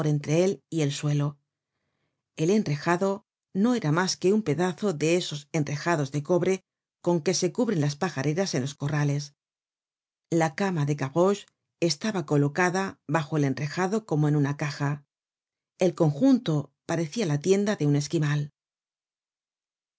entre él y el suelo el enrejado no era mas que un pedazo de esos enrejados de cobre con que se cubren las pajareras en los corrales la cama de gavroche estaba colocada bajo el enrejado como en una caja el conjunto parecia la tienda de un esquimal